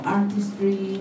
Artistry